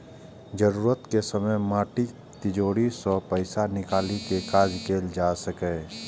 जरूरत के समय माटिक तिजौरी सं पैसा निकालि कें काज कैल जा सकैए